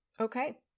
Okay